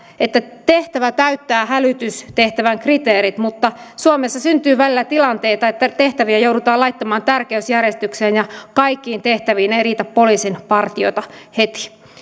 että tehtävä täyttää hälytystehtävän kriteerit mutta suomessa syntyy välillä tilanteita että tehtäviä joudutaan laittamaan tärkeysjärjestykseen ja kaikkiin tehtäviin ei riitä poliisin partiota heti